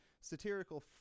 satirical